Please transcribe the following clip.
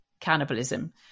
cannibalism